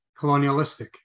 colonialistic